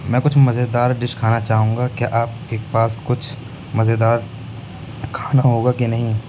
میں کچھ مزےدار ڈش کھانا چاہوں گا کیا آپ کے پاس کچھ مزےدار کھانا ہوگا کہ نہیں